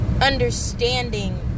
Understanding